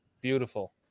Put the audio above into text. Beautiful